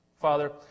Father